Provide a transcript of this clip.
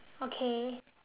okay